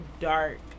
dark